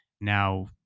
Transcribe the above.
now